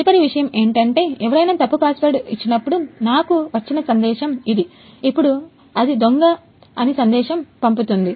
తదుపరి విషయం ఏమిటంటే ఎవరైనా తప్పు పాస్వర్డ్ ఇచ్చినప్పుడు నాకు వచ్చిన సందేశం ఇది అప్పుడు అది దొంగ దొంగ అని సందేశం పంపుతుంది